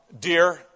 dear